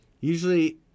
usually